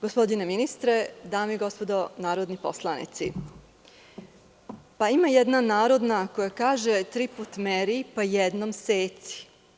Gospodine ministre, dame i gospodo narodni poslanici, ima jedna narodna koja kaže – tri put meri, pa jednom seci.